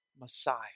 Messiah